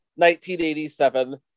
1987